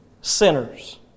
sinners